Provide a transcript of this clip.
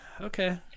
okay